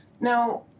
Now